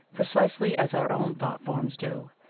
precisely as our own thought-forms do.